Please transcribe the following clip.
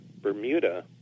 Bermuda